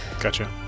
Gotcha